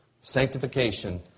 sanctification